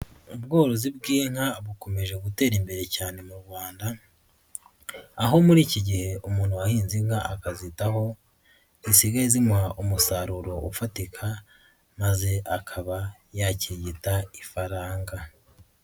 Ubworozi bw'inka bukomeje gutera imbere cyane mu Rwanda, aho muri iki gihe umuntu wahinze inka akazitaho zisigaye zimuha umusaruro ufatika maze akaba yakirigita ifaranga.